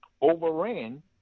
overran